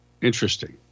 Interesting